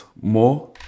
more